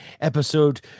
episode